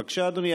בבקשה, אדוני.